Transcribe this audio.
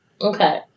Okay